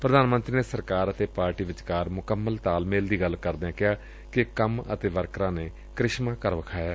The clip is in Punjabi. ਪੁਧਾਨ ਮੰਤਰੀ ਨੇ ਸਰਕਾਰ ਅਤੇ ਪਾਰਟੀ ਵਿਚਕਾਰ ਮੁਕੰਮਲ ਤਾਲਮੇਲ ਦੀ ਗੱਲ ਕਰਦਿਆਂ ਕਿਹਾ ਕਿ ਕੰਮ ਅਤੇ ਵਰਕਰਾਂ ਨੇ ਕ੍ਰਿਸ਼ਮਾ ਕਰ ਵਿਖਾਇਐ